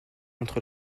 entre